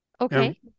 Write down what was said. Okay